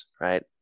right